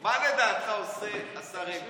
מה לדעתך עושה השר אלקין?